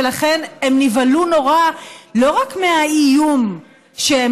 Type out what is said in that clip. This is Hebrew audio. ולכן הם נבהלו נורא לא רק מהאיום שהם